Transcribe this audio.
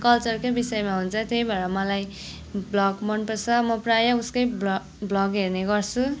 कल्चरकै विषयमा हुन्छ त्यही भएर मलाई भ्लग मन पर्छ म प्राय उसकै भ्ल भ्लग हेर्ने गर्छु